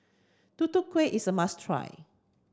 Tutu Kueh is a must try